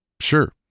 Sure